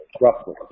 roughly